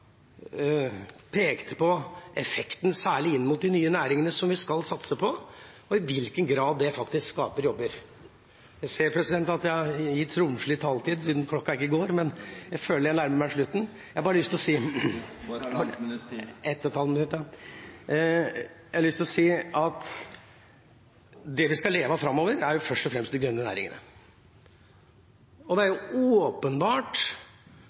pekte på effekten særlig inn mot de nye næringene som vi skal satse på, og i hvilken grad det faktisk skaper jobber. Jeg ser at jeg er gitt romslig taletid siden klokka ikke går, men jeg føler jeg nærmer meg slutten. Du får halvannet minutt til. Ett og et halvt minutt, ja. Jeg har lyst til å si at det vi skal leve av framover, er først og fremst de grønne næringene. Det er åpenbart